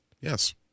Yes